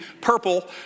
purple